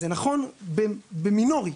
זה נכון באופן מינורי,